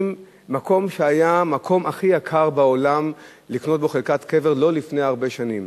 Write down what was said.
מקום שהיה המקום הכי יקר בעולם לקנות בו חלקת קבר לא לפני הרבה שנים,